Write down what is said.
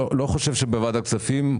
אני לא חושב שבוועדת הכספים,